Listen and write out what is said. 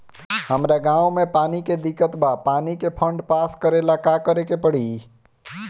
हमरा गॉव मे पानी के दिक्कत बा पानी के फोन्ड पास करेला का करे के पड़ी?